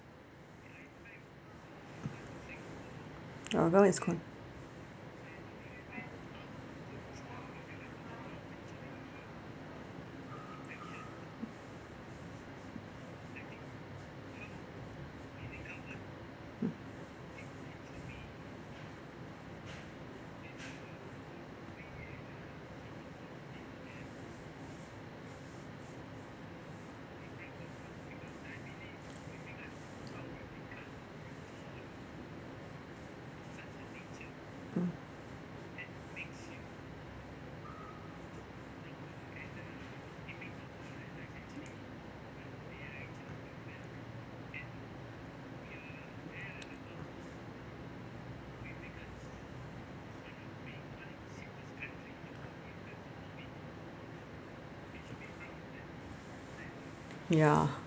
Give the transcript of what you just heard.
mm mm ya